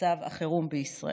מצב החירום בישראל.